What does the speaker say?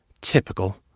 Typical